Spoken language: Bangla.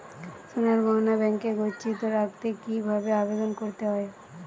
সোনার গহনা ব্যাংকে গচ্ছিত রাখতে কি ভাবে আবেদন করতে হয়?